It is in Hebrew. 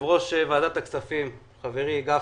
יושב-ראש ועדת הכספים, חברי גפני,